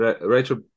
Rachel